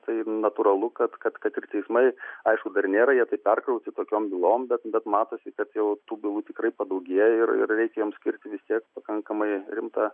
tai natūralu kad kad kad ir teismai aišku dar nėra jie tai perkrauti tokiom bylom bet bet matosi kad jau tų bylų tikrai padaugėjo ir ir reikia jiems skirti vis tiek pakankamai rimtą